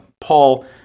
Paul